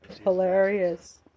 hilarious